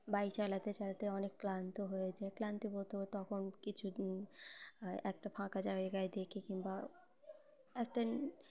bike চালাতে চালাতে অনেক ক্লান্ত হয়ে যাই ক্লান্তি বোধে তখন কিছুদিন একটা ফাঁকা জায়গায় দেখে কিংবা একটা